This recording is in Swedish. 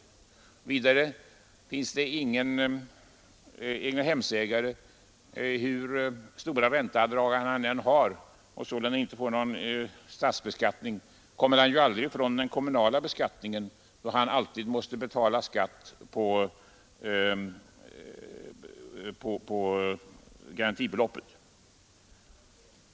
Även om en villaägare har så stora ränteavdrag att han inte får någon statsbeskattning, kommer han aldrig ifrån den kommunala beskattningen, eftersom han alltid måste betala skatt på garantibeloppet.